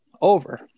over